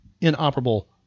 inoperable